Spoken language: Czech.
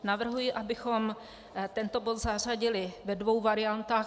Navrhuji, abychom tento bod zařadili, ve dvou variantách.